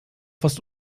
fast